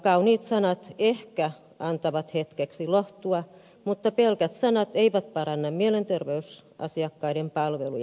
kauniit sanat ehkä antavat hetkeksi lohtua mutta pelkät sanat eivät paranna mielenterveysasiakkaiden palveluja